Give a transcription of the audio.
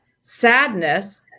sadness